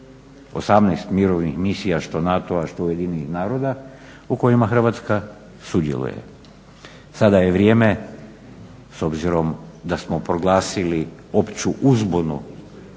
18 mirovnih misija što NATO-a što UN-a u kojima Hrvatska sudjeluje. Sada je vrijeme, s obzirom da smo proglasili opću uzbunu